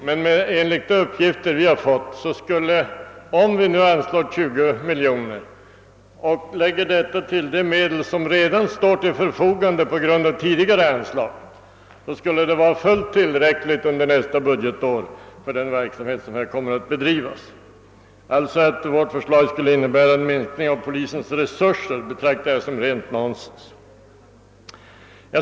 Men enligt de uppgifter vi fått skulle det, om vi nu anslår 20 miljoner kronor och lägger detta till de medel som redan står till förfogande på grund av tidigare anslag, vara fullt tillräckligt under nästa budgetår för den verksamhet som här kommer att bedrivas. Att vårt förslag skulle innebära en minskning av polisens resurser betraktar jag som rent nonsens.